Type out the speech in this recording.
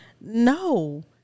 No